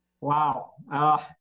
Wow